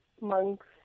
monks